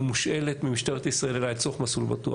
היא מושאלת ממשטרת ישראל אליי לצורך "מסלול בטוח",